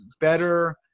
better